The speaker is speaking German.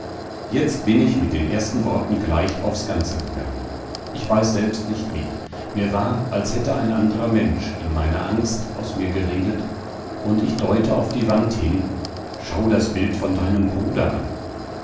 jetzt bin ich mit den ersten worten gleich aufs ganze gegangen ich weiß selbst nicht wie mir war als hätte ein anderer mensch in meiner angst aus mir geredet und ich deute auf die wand hin schau das bild von deinem bruder an